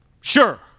Sure